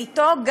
ואתו,